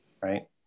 right